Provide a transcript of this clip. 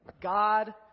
God